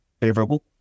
favorable